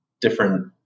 different